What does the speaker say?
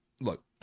look